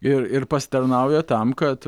ir ir pasitarnauja tam kad